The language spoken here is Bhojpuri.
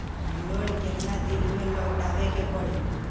लोन केतना दिन में लौटावे के पड़ी?